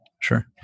Sure